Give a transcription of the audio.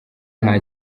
nta